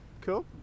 cool